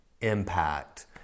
impact